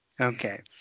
Okay